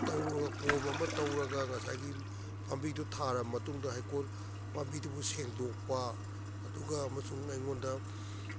ꯇꯧꯔꯒ ꯀꯣꯝ ꯑꯃ ꯇꯧꯔꯒ ꯉꯁꯥꯏꯒꯤ ꯄꯥꯝꯕꯤꯗꯨ ꯊꯥꯔ ꯃꯇꯨꯡꯗ ꯍꯩꯀꯣꯜ ꯄꯥꯝꯕꯤꯗꯨꯕꯨ ꯁꯦꯡꯗꯣꯛꯄ ꯑꯗꯨꯒ ꯑꯃꯁꯨꯡ ꯑꯩꯉꯣꯟꯗ